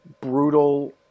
brutal